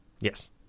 Yes